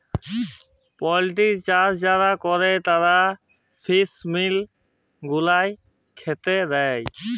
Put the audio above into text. poultry চাষ যারা ক্যরে তারা ফিস মিল গুলান খ্যাতে দেই